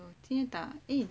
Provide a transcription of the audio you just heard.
几点打